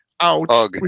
Out